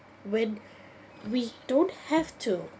when we don't have to